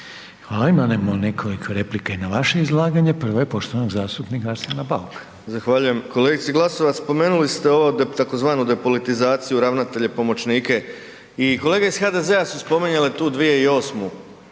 Hvala. Imamo nekoliko replika i na vaše izlaganje, prva je poštovanog zastupnika Arsena Bauka. **Bauk, Arsen (SDP)** Zahvaljujem. Kolegice Glasovac, spomenuli ste ovu tzv. depolitizaciju ravnatelje i pomoćnike. I kolege iz HDZ-a su spominjali tu 2008.